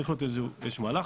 צריך להיות איזשהו מהלך.